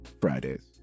Fridays